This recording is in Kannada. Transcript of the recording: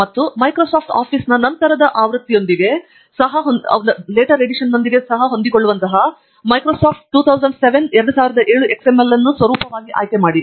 ಮತ್ತು ಮೈಕ್ರೋಸಾಫ್ಟ್ ಆಫೀಸ್ನ ನಂತರದ ಆವೃತ್ತಿಯೊಂದಿಗೆ ಸಹ ಹೊಂದಿಕೊಳ್ಳುವ ಮೈಕ್ರೊಸಾಫ್ಟ್ 2007 XML ಅನ್ನು ಸ್ವರೂಪವಾಗಿ ಆಯ್ಕೆ ಮಾಡಿ